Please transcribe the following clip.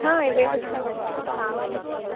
వేసి ఇస్తాము అండి